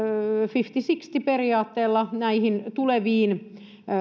fifty sixty periaatteella näihin tuleviin